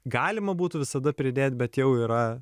galima būtų visada pridėt bet jau yra